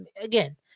again